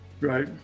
Right